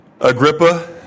Agrippa